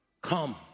come